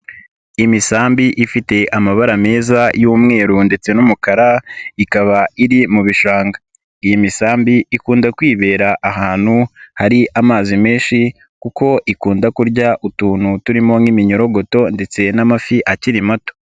Imisambi ifite amabara meza y'umweru ndetse n'umukara ikaba iri mu bishanga, iyi misambi ikunda kwibera ahantu hari amazi menshi kuko ikunda kurya utuntu turimo nk'iminyorogoto ndetse n'amafi akiri mato.